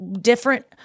different